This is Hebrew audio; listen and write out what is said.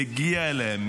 מגיע להם,